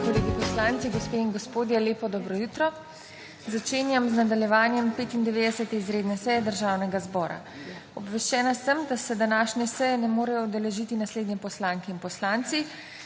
kolegi poslanci, gospe in gospodje, lepo dobro jutro! Začenjam nadaljevanje 95. izredne seje Državnega zbora. Obveščena sem, da se današnje seje ne morejo udeležiti naslednje poslanke in poslanci: